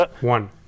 One